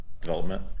development